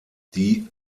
die